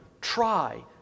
Try